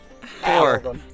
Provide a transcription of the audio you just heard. Four